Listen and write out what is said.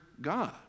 God